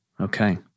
Okay